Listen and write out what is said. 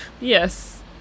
Yes